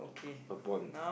upon